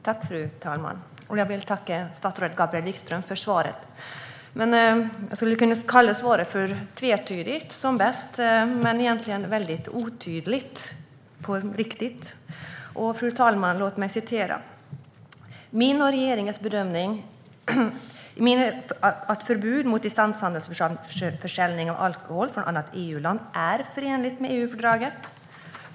Fru talman! Jag vill tacka statsrådet Gabriel Wikström för svaret. Som bäst kan det kallas tvetydigt, men egentligen är det väldigt otydligt. Låt mig citera: "min och regeringens bedömning att förbud mot distansförsäljning av alkohol från annat EU-land är förenligt med EU-fördraget".